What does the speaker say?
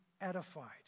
edified